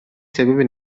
sebebi